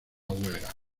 huelga